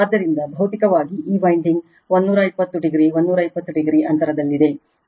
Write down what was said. ಆದ್ದರಿಂದ ಭೌತಿಕವಾಗಿ ಈ ವೈಂಡಿಂಗ್ 120 o 120 o ಅಂತರದಲ್ಲಿದೆ ಆದ್ದರಿಂದ ಒಟ್ಟು 360 o